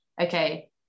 okay